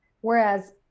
Whereas